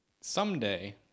someday